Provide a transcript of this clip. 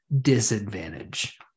disadvantage